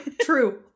true